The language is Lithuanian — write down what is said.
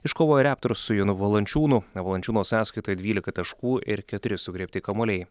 iškovojo raptors su jonu valančiūnu valančiūno sąskaitoje dvylika taškų ir keturi sugriebti kamuoliai